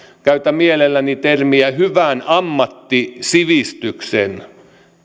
käytän mielelläni termiä hyvän ammattisivistyksen